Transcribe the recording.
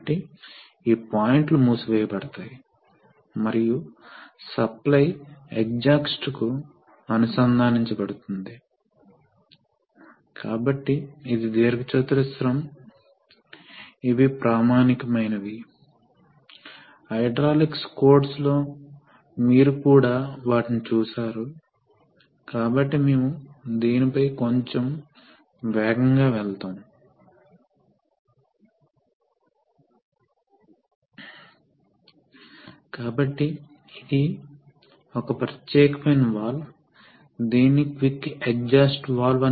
కాబట్టి pump A ప్రవాహం ఈ విధంగా వెళుతుంది ఇది చెక్ వాల్వ్ కాబట్టి ఈ మార్గం చెక్ వాల్వ్కు మీరు గుర్తుచేసుకుంటే ఉచిత ప్రవాహం ఇది పంప్ A యొక్క ప్రవాహం మరియు ఇది పంప్ B యొక్క ప్రవాహం మరియు మొత్తం ప్రవాహం అంటే pump A plus pump B వాస్తవానికి లోడ్లోకి ప్రవహిస్తోంది